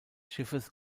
schiffes